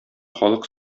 халык